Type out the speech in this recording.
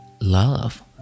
love